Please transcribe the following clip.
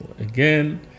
again